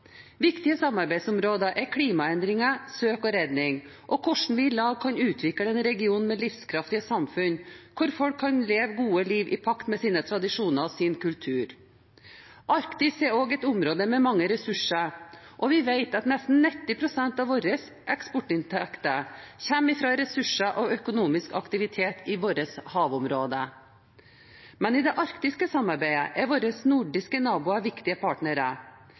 Viktige samarbeidsområder er klimaendringer, søk og redning og hvordan vi i lag kan utvikle en region med livskraftige samfunn hvor folk kan leve gode liv i pakt med sine tradisjoner og sin kultur. Arktis er også et område med mange ressurser, og vi vet at nesten 90 pst. av våre eksportinntekter kommer fra ressurser og økonomisk aktivitet i våre havområder. Men i det arktiske samarbeidet er våre nordiske naboer viktige partnere.